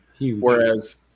Whereas